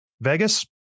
Vegas